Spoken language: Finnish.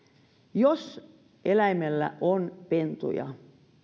jos eläimellä on pentuja